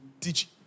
teach